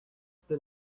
the